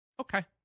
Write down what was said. Okay